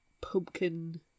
pumpkin